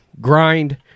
Grind